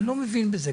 אני לא מבין בזה,